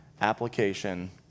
application